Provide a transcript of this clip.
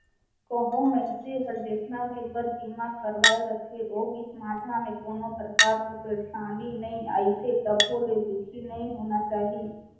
कहो मइनसे हर जेतना दिन बर बीमा करवाये रथे ओ बीच माझा मे कोनो परकार के परसानी नइ आइसे तभो ले दुखी नइ होना चाही